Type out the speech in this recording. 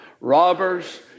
robbers